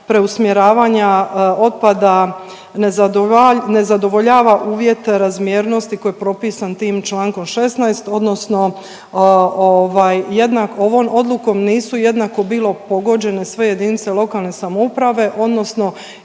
preusmjeravanja otpada na zadovoljava uvjete razmjernosti koje je propisan tim čl. 16 odnosno ovaj, jedna ovom odlukom nisu jednako bilo pogođene sve jedinice lokalne samouprave odnosno